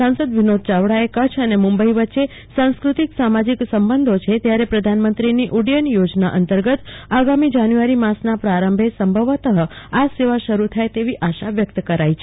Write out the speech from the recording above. સાંસદ વિનોદ ચાવડાએ કચ્છ અને મુંબઈ વચ્ચે સાંસ્ક્રતિક સામાજિક સંબંધ છે ત્યારે પ્રધાનમંત્રીની ઉડ્ડયન યોજના અંતર્ગત આગામી જાન્યુ માસના પ્રાંરભે આ સેવા શરૂ થાય તેવી આશા વ્યક્ત કરાઈ છે